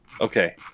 Okay